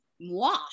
moi